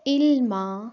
عِلمہ